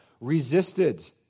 resisted